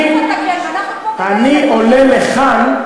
אני עולה לכאן,